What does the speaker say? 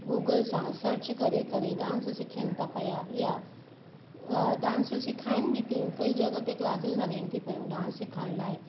Google सां search करे करे डांस सिखनि था पिया या डांसू सिखाए बि थी कई जॻहि ते क्लासिस हलनि थी पयूं डांस सिखण लाइ